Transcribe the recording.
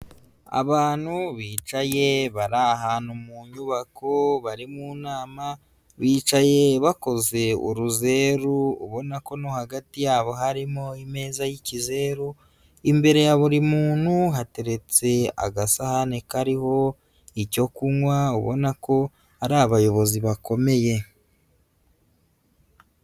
Abantu bicaye bari ahantu mu nyubako bari mu nama, bicaye bakoze uruzeru ubona ko no hagati yabo harimo imeza y'ikizeru, imbere ya buri muntu hateretse agasahani kariho icyo kunywa, ubona ko ari abayobozi bakomeye.